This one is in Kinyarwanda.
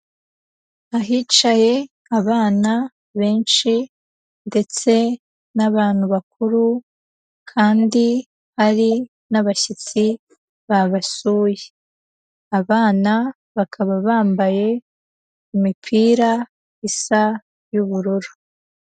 Ahicaye abana benshi ndetse n'abantu bakuru kandi hari n'abashyitsi babasuye, abana bakaba bambaye imipira isa y'ubururu.